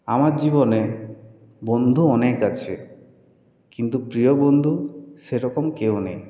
আমার জীবনে বন্ধু অনেক আছে কিন্তু প্রিয় বন্ধু সেরকম কেউ নেই